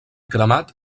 cremat